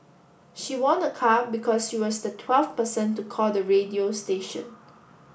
she won a car because she was the twelfth person to call the radio station